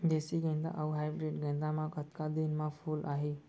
देसी गेंदा अऊ हाइब्रिड गेंदा म कतका दिन म फूल आही?